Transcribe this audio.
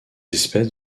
espèces